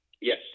Yes